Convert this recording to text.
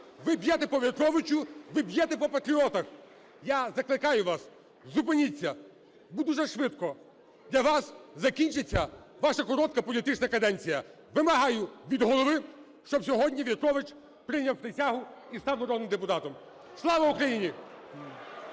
ви б'єте по В'ятровичу, ви б'єте по патріотах. Я закликаю вас: зупиніться! Бо дуже швидко для вас закінчиться ваша коротка політична каденція! Вимагаю від Голови, щоб сьогодні В'ятрович прийняв присягу і став народним депутатом. Слава Україні!